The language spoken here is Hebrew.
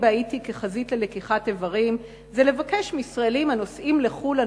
בהאיטי כחזית ללקיחת איברים זה לבקש מישראלים הנוסעים לחו"ל,